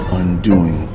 undoing